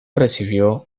recibió